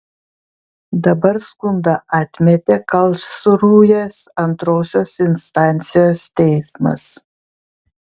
dabar skundą atmetė karlsrūhės antrosios instancijos teismas